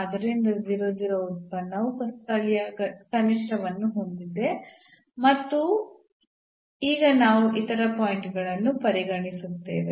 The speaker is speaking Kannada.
ಆದ್ದರಿಂದ ಉತ್ಪನ್ನವು ಸ್ಥಳೀಯ ಕನಿಷ್ಠವನ್ನು ಹೊಂದಿದೆ ಮತ್ತು ಈಗ ನಾವು ಇತರ ಪಾಯಿಂಟ್ ಗಳನ್ನು ಪರಿಗಣಿಸುತ್ತೇವೆ